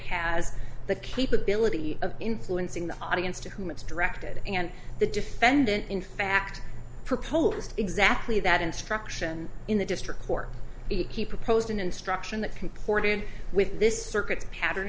has the capability of influencing the audience to whom it's directed and the defendant in fact proposed exactly that instruction in the district court he proposed an instruction that comported with this circuit pattern